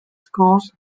schools